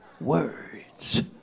words